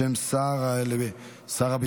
בשם שר הביטחון,